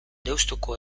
deustuko